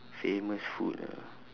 famous food ah